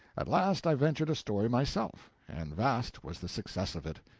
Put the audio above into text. at last i ventured a story myself and vast was the success of it.